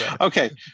Okay